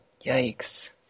yikes